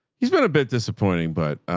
he's been a bit disappointing, but,